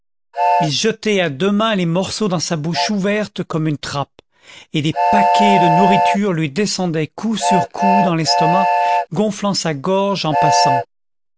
il jetait à deux mains les morceaux dans sa bouche ouverte comme une trappe et des paquets de nourriture lui descendaient coup sur coup dans l'estomac gonflant sa gorge en passant